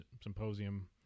symposium